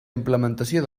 implementació